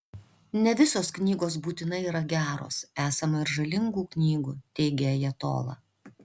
ne visos knygos būtinai yra geros esama ir žalingų knygų teigė ajatola